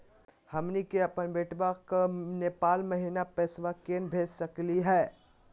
हमनी के अपन बेटवा क नेपाल महिना पैसवा केना भेज सकली हे?